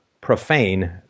profane